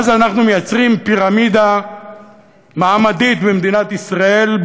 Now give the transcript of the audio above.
ואז אנחנו מייצרים פירמידה מעמדית במדינת ישראל,